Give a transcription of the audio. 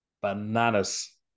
bananas